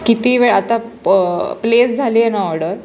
किती वेळ आता प प्लेस झाली आहे ना ऑडर